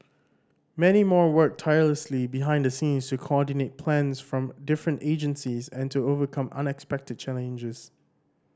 many more worked tirelessly behind the scenes to coordinate plans from different agencies and to overcome unexpected challenges